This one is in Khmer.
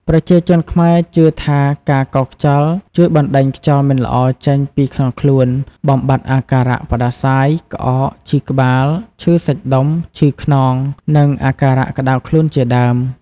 ប្រជាជនខ្មែរជឿថាការកោសខ្យល់ជួយបណ្តេញខ្យល់មិនល្អចេញពីក្នុងខ្លួន បំបាត់អាការៈផ្តាសាយ ក្អក ឈឺក្បាល ឈឺសាច់ដុំ ឈឺខ្នង និងអាការៈក្ដៅខ្លួនជាដើម។